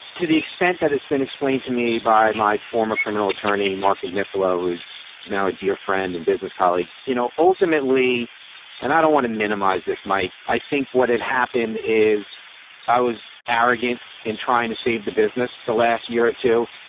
to the extent that it's been explained to me by my former criminal attorney, mark ignace fellow who is now a dear friend and business colleague, you know, ultimately and i don't want to minimize this, mike. i think what had happened is i was arrogant in trying to save the business the last year or two.